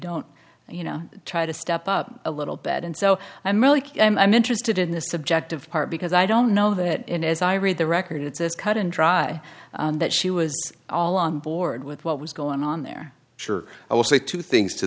don't you know try to step up a little bed and so i'm really i'm interested in the subject of part because i don't know that in as i read the record it's as cut and dry that she was all on board with what was going on there sure i will say two things to